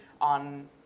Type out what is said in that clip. on